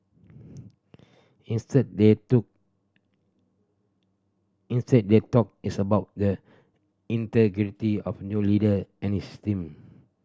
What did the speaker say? instead they took instead they talk is about the integrity of new leader and his team